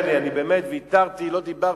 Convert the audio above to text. אז מי ישמע אותי?